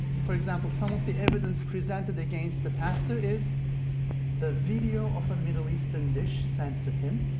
for example, some of the evidence presented against the pastor is the video of a middle eastern dish sent to him,